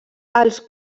els